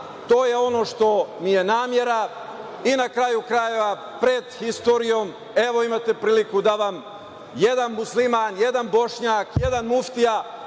je ono što mi je namera i na kraju krajeva, pred istorijom, evo imate priliku da vam jedan Musliman, jedan Bošnjak, jedan muftija